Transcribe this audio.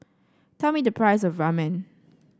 tell me the price of Ramen